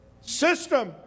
system